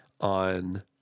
on